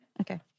Okay